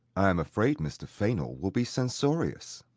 i am afraid mr. fainall will be censorious.